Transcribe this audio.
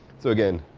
so again,